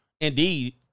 Indeed